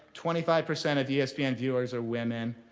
twenty five percent of yeah espn viewers are women.